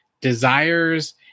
desires